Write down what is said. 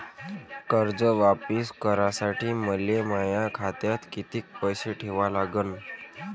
कर्ज वापिस करासाठी मले माया खात्यात कितीक पैसे ठेवा लागन?